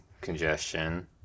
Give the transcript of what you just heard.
congestion